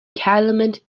calumet